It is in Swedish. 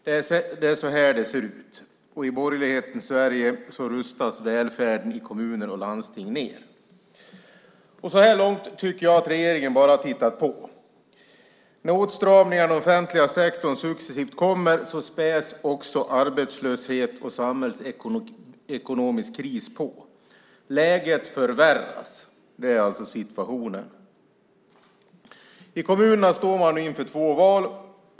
Det är så här det ser ut. I borgerlighetens Sverige rustas välfärden i kommuner och landsting ned. Så här långt tycker jag att regeringen bara tittat på. När åtstramningarna i den offentliga sektorn successivt kommer späds också arbetslöshet och samhällsekonomisk kris på. Läget förvärras. Det är alltså situationen. I kommunerna står man inför två val.